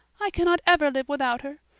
i cannot ever live without her.